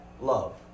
love